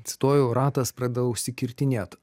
cituoju ratas pradeda užsikirtinėt